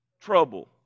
trouble